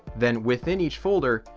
then within each folder,